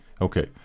Okay